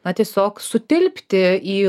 na tiesiog sutilpti į